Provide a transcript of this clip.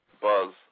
Buzz